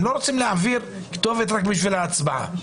הם לא רוצים להעביר כתובת רק בשביל ההצבעה.